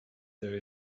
there